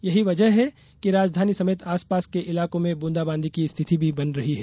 यही वजह है कि राजधानी समेत आस पास के इलाकों में बूंदाबांदी की स्थिति भी बन रही है